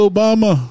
Obama